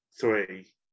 three